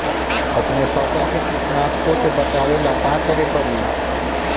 अपने फसल के कीटनाशको से बचावेला का करे परी?